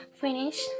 finish